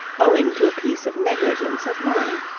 owing to a piece of negligence of mine.